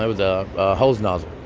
it was a hose nozzle